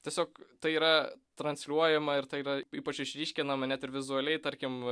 tiesiog tai yra transliuojama ir tai yra ypač išryškinama net ir vizualiai tarkim